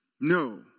No